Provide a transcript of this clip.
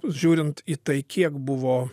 žiūrint į tai kiek buvo